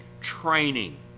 training